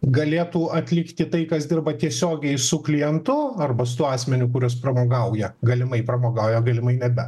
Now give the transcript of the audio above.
galėtų atlikti tai kas dirba tiesiogiai su klientu arba su asmeniu kuris pramogauja galimai pramogauja o galimai nebe